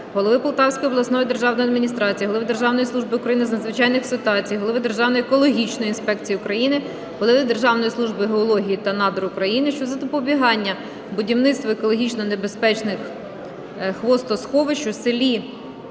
голови Полтавської обласної державної адміністрації, голови Державної служби України з надзвичайних ситуацій, голови Державної екологічної інспекції України, голови Державної служби геології та надр України щодо запобігання будівництва екологічно небезпечних хвостосховищ у селі